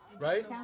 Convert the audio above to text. Right